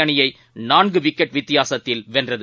அணியை நான்கு விக்கெட் வித்தியாசத்தில் வென்றது